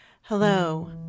Hello